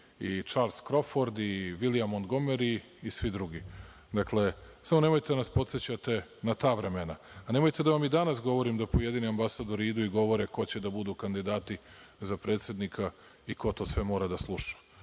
i Čarls Kroford i Vilijam Montgomeri i svi drugi. Dakle, samo nemojte da nas podsećate na ta vremena, a nemojte da vam i danas govorim da pojedini ambasadori idu i govore ko će da budu kandidati za predsednika i ko to sve mora da sluša.